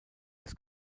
des